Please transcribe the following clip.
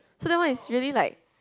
so that one is really like